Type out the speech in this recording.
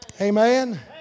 Amen